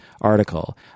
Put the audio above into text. article